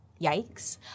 Yikes